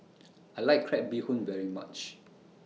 I like Crab Bee Hoon very much